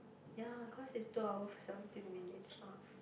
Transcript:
ya cause it's two hours seventeen minutes on